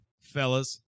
Fellas